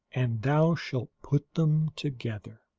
and thou shalt put them together,